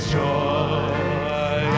joy